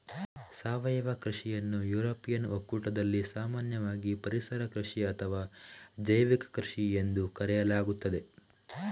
ಸಾವಯವ ಕೃಷಿಯನ್ನು ಯುರೋಪಿಯನ್ ಒಕ್ಕೂಟದಲ್ಲಿ ಸಾಮಾನ್ಯವಾಗಿ ಪರಿಸರ ಕೃಷಿ ಅಥವಾ ಜೈವಿಕ ಕೃಷಿಎಂದು ಕರೆಯಲಾಗುತ್ತದೆ